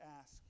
ask